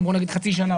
זה מה שקיים היום.